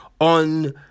on